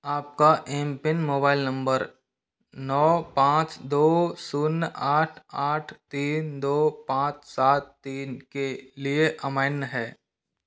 आपका M PIN mobile number नौ पाँच दौ शून्य आठ आठ तीन दौ पाँच सात तीन के लिए अमान्य है